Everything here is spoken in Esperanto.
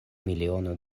miliono